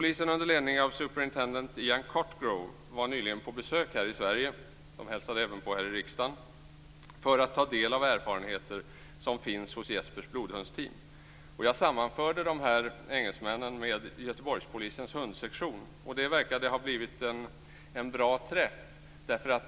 Ian Cottgrove, nyligen på besök här i Sverige - de hälsade även på här i riksdagen - för att ta del av erfarenheter som finns hos Jespers blodhundsteam. Jag sammanförde de här engelsmännen med Göteborgspolisens hundsektion, och det verkade ha varit en bra träff.